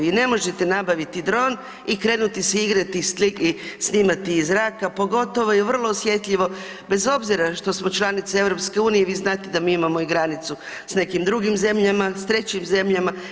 Vi ne možete nabaviti dron i krenuti se igrati i snimati iz zraka, pogotovo je vrlo osjetljivo bez obzira što smo članice EU vi znate da mi imamo i granicu s nekim drugim zemljama, s trećim zemljama.